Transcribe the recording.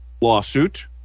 lawsuit